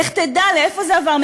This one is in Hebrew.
לך תדע לאיפה זה עבר,